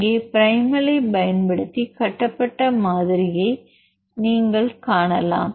இங்கே ப்ரைமலைப் பயன்படுத்தி கட்டப்பட்ட மாதிரியை நீங்கள் காணலாம்